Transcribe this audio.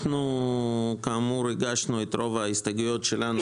כאמור הגשנו את רוב ההסתייגויות שלנו,